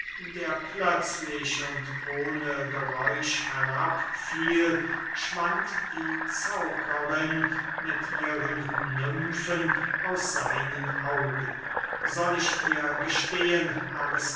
der plötzlich und ohne geräusch herab fiel schwand die zauberin mit ihren nymfen aus seinen augen soll ich dir gestehen